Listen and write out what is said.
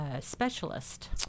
specialist